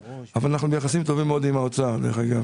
אני רוצה לשים על סדר יומה של הוועדה דבר נוסף בנוגע לסוגייה